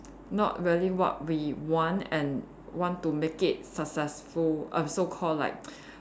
not really what we want and want to make it successful uh so called like